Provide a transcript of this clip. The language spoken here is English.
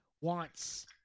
wants